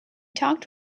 talked